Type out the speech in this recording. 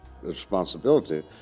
responsibility